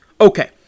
Okay